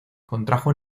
contrajo